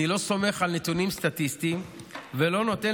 אני לא סומך על נתונים סטטיסטיים ולא נותן